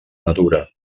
natura